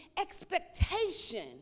expectation